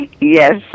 Yes